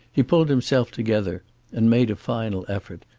he pulled himself together and made a final effort,